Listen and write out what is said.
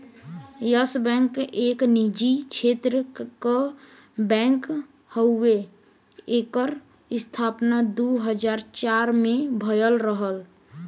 yes bank एक निजी क्षेत्र क बैंक हउवे एकर स्थापना दू हज़ार चार में भयल रहल